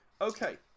Okay